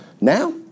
Now